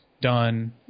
done